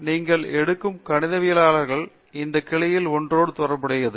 நீங்கள் எடுக்கும் கணிதவியலாளர்கள் இந்த கிளையில் ஒன்றோடு தொடர்புடையது